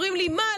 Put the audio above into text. אומרים לי: מה,